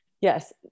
Yes